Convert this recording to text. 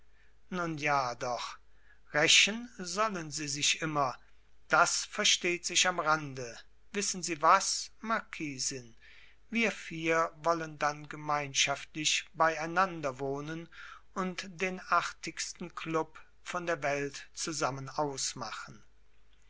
nun ja doch rächen sollen sie sich immer das versteht sich am rande wissen sie was marquisin wir vier wollen dann gemeinschaftlich bei einander wohnen und den artigsten klub von der welt zusammen ausmachen